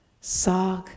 Sag